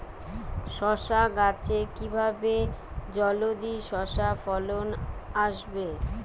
শশা গাছে কিভাবে জলদি শশা ফলন আসবে?